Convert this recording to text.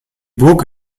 burg